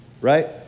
right